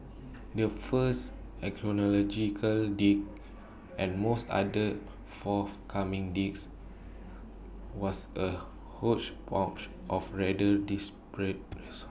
the first archaeological dig and most other forthcoming digs was A hodgepodge of rather